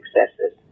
successes